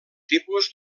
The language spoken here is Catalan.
tipus